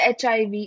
HIV